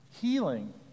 Healing